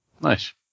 Nice